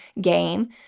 game